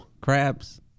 Crabs